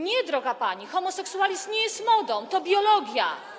Nie, droga pani, homoseksualizm nie jest modą, to biologia.